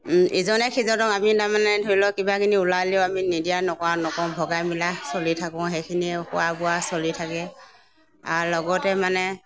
ইজনে সিজনক আমি তাৰমানে ধৰি লওক কিবা কিবি ওলালেও আমি নিদিয়া নকৰা নকৰোঁ ভগাই মিলাই চলি থাকোঁ সেইখিনি খোৱা বোৱা চলি থাকে আৰু লগতে মানে